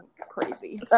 crazy